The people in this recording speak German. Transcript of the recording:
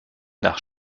nach